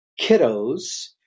kiddos –